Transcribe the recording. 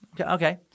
Okay